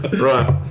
Right